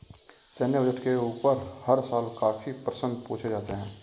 सैन्य बजट के ऊपर हर साल काफी प्रश्न पूछे जाते हैं